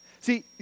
See